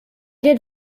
did